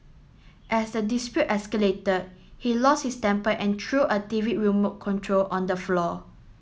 as the dispute escalated he lost his temper and threw a T V remote control on the floor